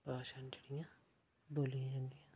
भाशां न जेह्ड़ियां बोलियां जंदियां